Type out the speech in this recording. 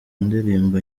ndirimbo